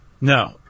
No